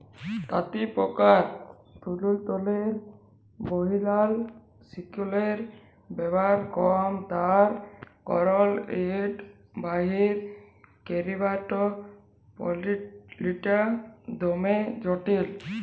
তাঁতিপকার তল্তুরলে বহিরাল সিলিকের ব্যাভার কম তার কারল ইট বাইর ক্যইরবার পলালিটা দমে জটিল